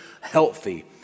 healthy